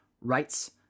rights